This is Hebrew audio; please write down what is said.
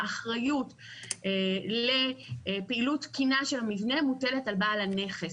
האחריות לפעילות תקינה של המבנה מוטלת על בעל הנכס.